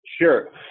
Sure